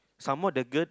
some more the girl